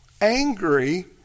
angry